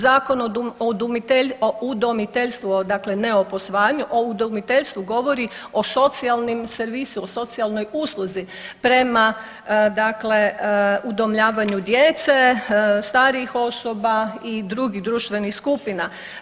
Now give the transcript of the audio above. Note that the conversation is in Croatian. Zakon o udomiteljstvu, dakle ne o posvajanju, o udomiteljstvu govori o socijalnom servisu, o socijalnoj usluzi prema dakle udomljavanju djece, starijih osoba i drugih društvenih skupina.